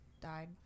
died